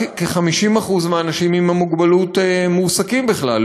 רק כ-50% מהאנשים עם מוגבלות מועסקים בכלל,